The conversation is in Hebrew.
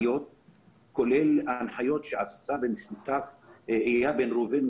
כולל ההנחיות שעשה במשותף איל בן ראובן,